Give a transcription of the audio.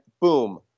boom